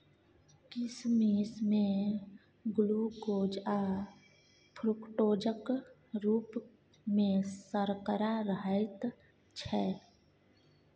किसमिश मे ग्लुकोज आ फ्रुक्टोजक रुप मे सर्करा रहैत छै